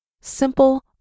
simple